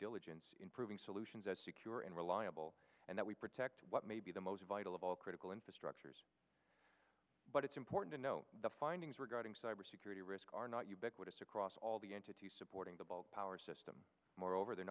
diligence in proving solutions that secure and reliable and that we protect what may be the most vital of all critical infrastructures but it's important to know the findings regarding cybersecurity risk are not ubiquitous across all the entities supporting the bulk power system moreover the